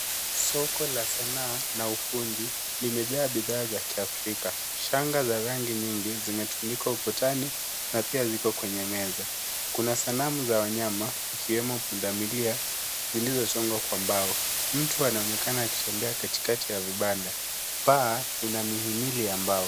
Soko la sanaa na ufundi limejaa bidhaa za kiafrika. Shanga za rangi nyingi zimetumika ukutani na pia ziko kwenye meza. Kuna sanamu za wanyama, ikiwemo pundamilia, zilizo chongwa kwa mbao. Mtu anaonekana akitembea katikati ya banda. Paa, ina mihimili ya mbao.